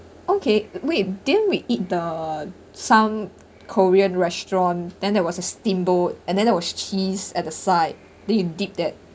okay we didn't we eat the some korean restaurant then there was a steamboat and then there was cheese at the side the dip that